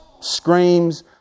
screams